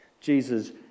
Jesus